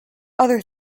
other